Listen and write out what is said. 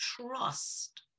Trust